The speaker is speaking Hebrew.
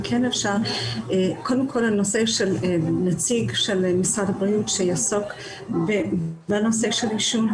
הנושא של נציג של משרד הבריאות שיעסוק בנושא של עישון.